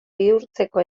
bihurtzeko